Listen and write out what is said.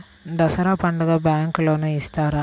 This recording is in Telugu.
దసరా పండుగ బ్యాంకు లోన్ ఇస్తారా?